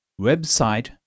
website